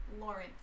Lawrence